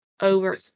over